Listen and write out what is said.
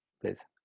please